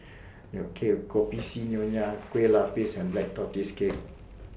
Kopi C Nonya Kueh Lapis and Black Tortoise Cake